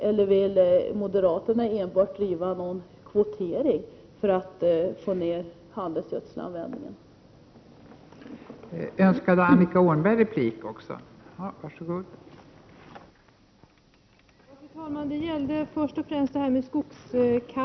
Eller vill moderaterna enbart ha en kvotering för att minska användningen av handelsgödsel?